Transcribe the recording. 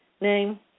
name